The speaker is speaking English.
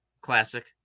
Classic